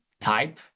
type